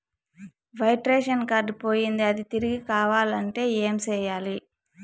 white ration card పోయింది అది తిరిగి కావాలంటే ఏం సేయాలి